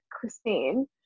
Christine